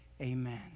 Amen